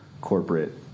corporate